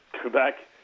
Quebec